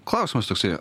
klausimas toksai